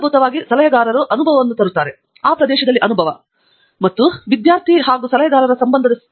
ಆದ್ದರಿಂದ ಮೂಲಭೂತವಾಗಿ ಸಲಹೆಗಾರನು ಅನುಭವವನ್ನು ತರುತ್ತದೆ ಆ ಪ್ರದೇಶದಲ್ಲಿ ಅನುಭವ ಮತ್ತು ಸಲಹೆಗಾರ ಮತ್ತು ವಿದ್ಯಾರ್ಥಿ ಸಂಬಂಧದ ಆ ಸಂಬಂಧದಲ್ಲಿ